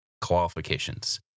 qualifications